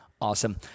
Awesome